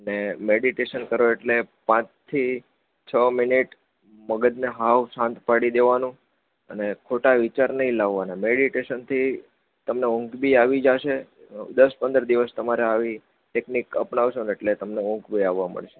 ને મેડિટેશન કરો એટલે પાંચથી છ મિનિટ મગજને સાવ શાંત પાડી દેવાનું અને ખોટા વિચાર નહીં લાવવાના મેડિટેશનથી તમને ઊંઘ બી આવી જશે અને દસ પંદર દિવસ તમારે આવી ટેક્નિક અપનાવશોને એટલે તમને ઊંઘ આવવા માંડશે